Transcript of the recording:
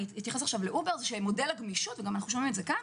אתייחס עכשיו לאובר ואנחנו גם שומעים את זה כאן,